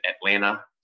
Atlanta